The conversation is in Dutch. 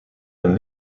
een